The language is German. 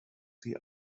die